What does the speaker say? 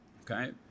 Okay